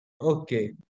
Okay